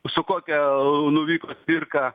su kokia nuvyko cvirka